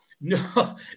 no